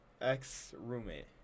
Ex-roommate